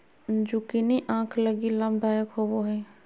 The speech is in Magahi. जुकिनी आंख लगी लाभदायक होबो हइ